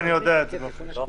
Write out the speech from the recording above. ואני יודע את זה באופן אישי.